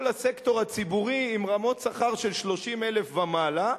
הסקטור הציבורי עם רמות שכר של 30,000 ומעלה,